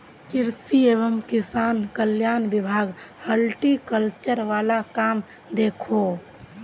कृषि एवं किसान कल्याण विभाग हॉर्टिकल्चर वाल काम दखोह